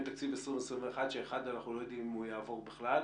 תקציב 2021 שאנחנו לא יודעים אם הוא בכלל יעבור